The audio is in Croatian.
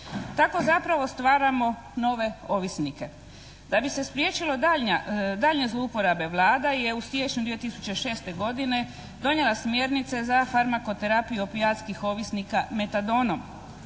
Tako zapravo stvaramo nove ovisnike. Da bi se spriječilo daljnja zlouporaba Vlada je u siječnju 2006. godine donijela smjernice za farmakoterapiju opijatskih ovisnika metadonom.